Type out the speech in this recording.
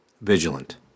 vigilant